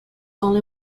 only